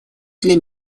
для